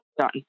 done